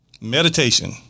meditation